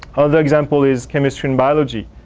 other example is chemistry and biology.